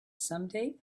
someday